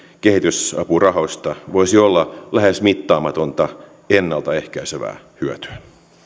kehitysapurahoista voisi olla lähes mittaamatonta ennalta ehkäisevää hyötyä